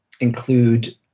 include